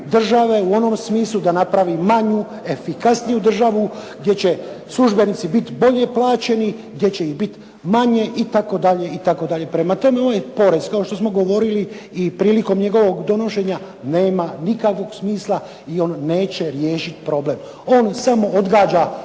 države u onom smislu da napravi manju, efikasniju državu gdje će službenici biti bolje plaćeni, gdje će ih biti manje itd. itd. Prema tome, ovaj porez kao što smo govorili i prilikom njegovog donošenja nema nikakvog smisla i on neće riješiti problem. On samo odgađa